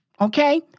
Okay